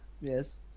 Yes